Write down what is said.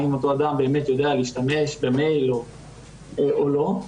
האם אותו אדם יודע להשתמש במייל או לא?